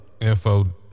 Info